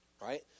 Right